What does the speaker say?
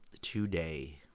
today